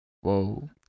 Whoa